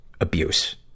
abuse